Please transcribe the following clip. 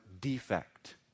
defect